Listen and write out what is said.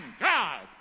God